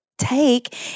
take